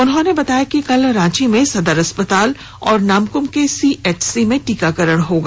उन्होंने बताया कि कल रांची में सदर अस्पताल और नामकुम के सीएचसी में टीकाकरण होगा